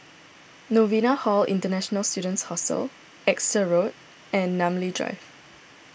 Novena Hall International Students Hostel Exeter Road and Namly Drive